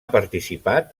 participat